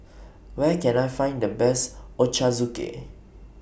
Where Can I Find The Best Ochazuke